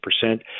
percent